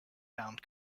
bound